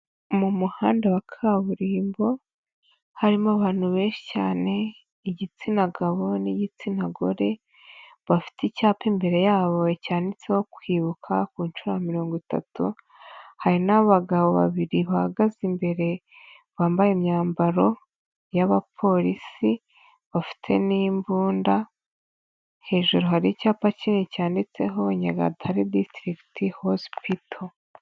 Mu muhanda wa kaburimbo harimo abantu benshi cyane igitsina gabo n'igitsina gore, bafite icyapa imbere yabo cyanditseho kwibuka ku nshuro ya mirongo itatu, hari n'abagabo babiri bahagaze imbere bambaye imyambaro y'abaporisi bafite n'imbunda, hejuru hari icyapa kinini cyanditseho Nyagatare disitirikiti hosipito.